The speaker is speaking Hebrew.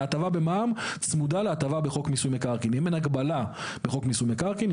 ההטבה במע"מ צמודה להטבה בחוק מיסוי מקרקעין.